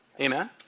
Amen